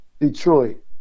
Detroit